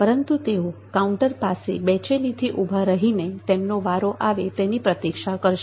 પરંતુ તેઓ કાઉન્ટર પાસે બેચેનીથી ઊભા રહીને તેમનો વારો આવે તેની પ્રતીક્ષા કરશે